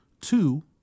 Two